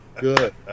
good